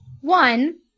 one